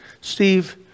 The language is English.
Steve